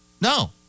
No